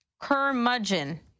Curmudgeon